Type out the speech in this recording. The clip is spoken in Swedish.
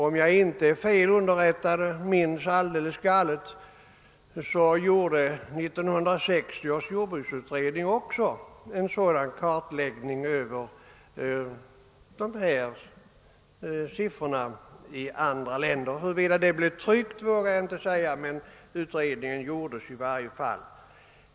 Om jag inte minns alldeles galet, gjorde även 1960 års jordbruksutredning en kartläggning av dessa förhållanden i andra länder. Huruvida utredningen blev tryckt vågar jag inte yttra mig om, men den gjordes i varje fall.